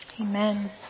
amen